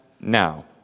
now